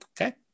Okay